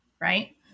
Right